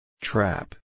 Trap